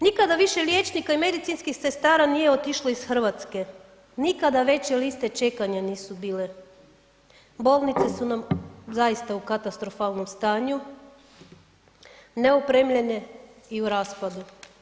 Nikada više liječnika i medicinskih sestara nije otišlo iz Hrvatske, nikada veće liste čekanja nisu bile, bolnice su nam zaista u katastrofalnom stanju, neopremljene i u raspadu.